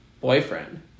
boyfriend